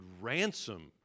ransom